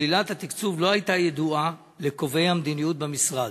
שלילת התקצוב לא הייתה ידועה לקובעי המדיניות במשרד.